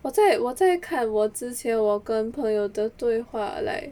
我在我在看我之前我跟我朋友的对话 like